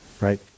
Right